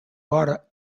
water